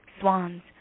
swans